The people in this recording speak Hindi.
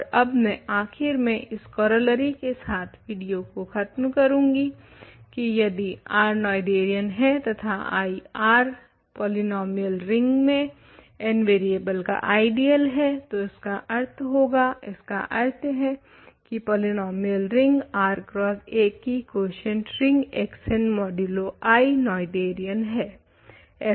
और अब मैं आखिर में इस कोरोलरी के साथ विडियो ख़त्म करुँगी की यदि R नोएथेरियन है तथा I R पोलिनोमियल रिंग में n वरियेबल का आइडियल है तो इसका अर्थ होगा इसका अर्थ है की पोलिनोमियल रिंग Rx1 की quotient ring xn modulo I Noetherian है